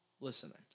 listening